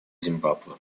зимбабве